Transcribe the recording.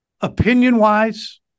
Opinion-wise